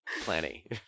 Plenty